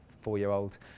four-year-old